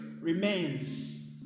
remains